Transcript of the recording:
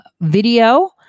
video